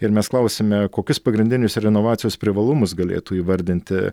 ir mes klausėme kokius pagrindinius renovacijos privalumus galėtų įvardinti